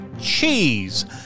cheese